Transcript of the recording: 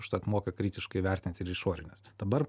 užtat moka kritiškai vertinti ir išorinę dabar